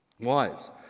Wives